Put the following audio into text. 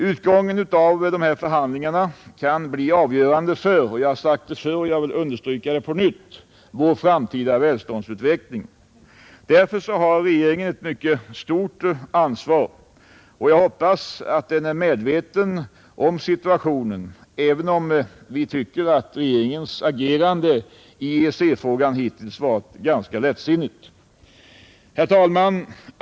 Utgången av förhandlingarna kan bli avgörande för — jag har sagt det förr och det måste understrykas på nytt — vår framtida välståndsutveckling. Regeringen har därför ett utomordentligt stort ansvar. Jag hoppas att den är medveten om situationen, även om vi tycker att regeringens agerande i EEC-frågan hittills varit ganska lättsinnigt. Herr talman!